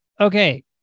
okay